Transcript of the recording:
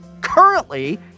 currently